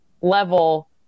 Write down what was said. level